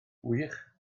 wych